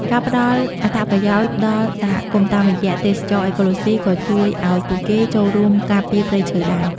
ការផ្តល់អត្ថប្រយោជន៍ដល់សហគមន៍តាមរយៈទេសចរណ៍អេកូឡូស៊ី ក៏ជួយឲ្យពួកគេចូលរួមការពារព្រៃឈើដែរ។